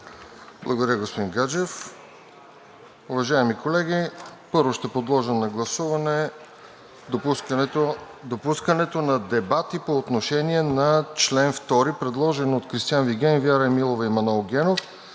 Благодаря, господин Гаджев. Уважаеми колеги, първо ще подложа на гласуване допускането на дебати по отношение на чл. 2, предложен от Кристиан Вигенин, Вяра Емилова и Манол Генов,